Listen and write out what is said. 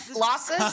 Losses